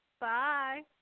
Bye